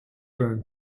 burn